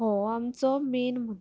हो आमचो मेन मुद्दो